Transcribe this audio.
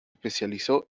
especializó